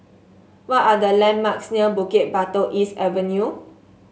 what are the landmarks near Bukit Batok East Avenue